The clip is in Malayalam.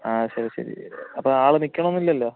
ആ ശരി ശരി അപ്പോള് ആള് നില്ക്കണമെന്നില്ലല്ലോ